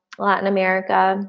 latin america.